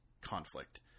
conflict